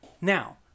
Now